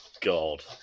God